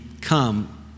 come